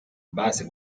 base